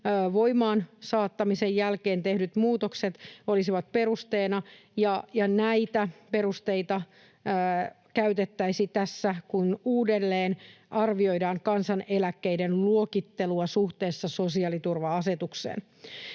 voimaan saattamisen jälkeen tehdyt muutokset olisivat perusteina, ja näitä perusteita käytettäisiin tässä, kun uudelleen arvioidaan kansaneläkkeiden luokittelua suhteessa sosiaaliturva-asetukseen.